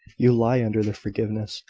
you lie under their forgiveness,